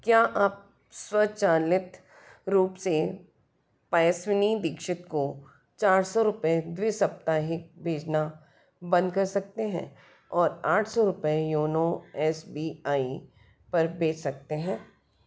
क्या आप स्वचालित रूप से पायस्विनी दीक्षित को चार सौ रुपये द्वि साप्ताहिक भेजना बंद कर सकते हैं और आठ सौ रुपये योनो एस बी आई पर भेज सकते हैं